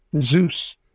Zeus